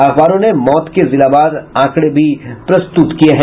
अखबारों ने मौत के जिलावार आंकड़े भी प्रस्तुत किये हैं